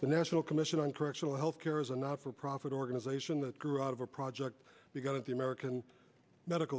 the national commission on correctional health care is a not for profit organization that grew out of a project begun at the american medical